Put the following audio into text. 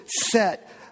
set